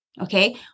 Okay